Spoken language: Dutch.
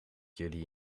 jullie